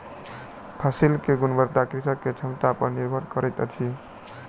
फसिल के गुणवत्ता कृषक के क्षमता पर निर्भर होइत अछि